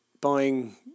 buying